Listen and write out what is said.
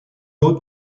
lot